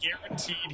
guaranteed